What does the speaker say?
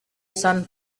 san